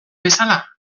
bezala